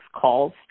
calls